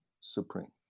supreme